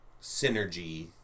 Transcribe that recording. synergy